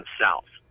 south